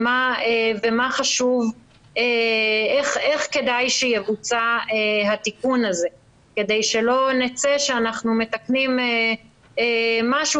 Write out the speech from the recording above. מה חשוב ואיך כדאי שיבוצע התיקון הזה כדי שלא נצא שאנחנו מתקנים משהו